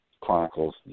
chronicles